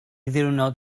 ddiwrnod